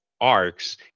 arcs